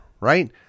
right